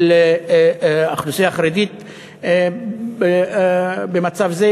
של האוכלוסייה החרדית במצב זה,